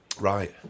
Right